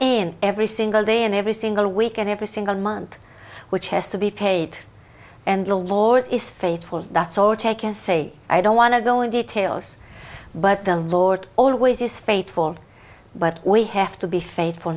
in every single day and every single week and every single month which has to be paid and the lord is faithful that's all taken say i don't want to go in details but the lord always is faithful but we have to be faithful